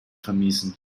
vermiesen